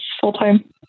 full-time